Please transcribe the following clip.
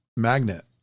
magnet